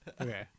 Okay